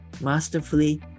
masterfully